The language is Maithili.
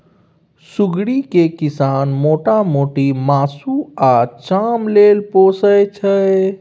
सुग्गरि केँ किसान मोटा मोटी मासु आ चाम लेल पोसय छै